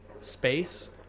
space